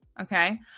Okay